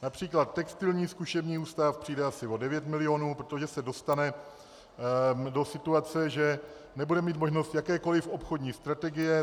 Například Textilní zkušební ústav přijde asi o 9 mil., protože se dostane do situace, že nebude mít možnost jakékoli obchodní strategie.